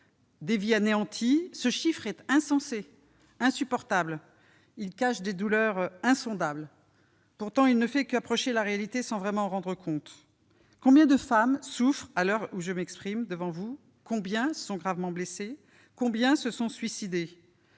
de vies anéanties. Ce chiffre est insensé, insupportable ; il cache des douleurs insondables. Pourtant, il ne fait qu'approcher la réalité sans vraiment en rendre compte. Combien de femmes souffrent à l'heure où je m'exprime devant vous ? Combien sont gravement blessées ? Combien se sont suicidées ?